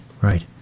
right